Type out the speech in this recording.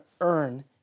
earn